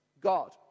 God